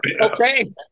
Okay